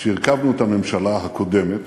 כשהרכבנו את הממשלה הקודמת,